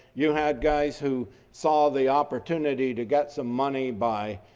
you have guys who saw the opportunity to get some money by